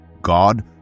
God